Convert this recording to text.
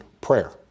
prayer